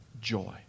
joy